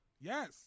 Yes